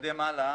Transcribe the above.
נתקדם הלאה.